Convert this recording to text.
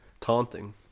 taunting